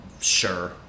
sure